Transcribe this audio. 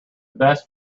best